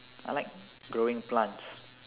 I like growing plants